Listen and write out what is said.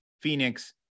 Phoenix